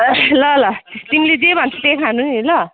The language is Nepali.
ए ल ल तिमीले जे भन्छौँ त्यही खानु नि ल